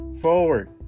forward